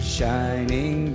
shining